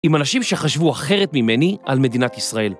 עם אנשים שחשבו אחרת ממני על מדינת ישראל.